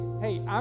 hey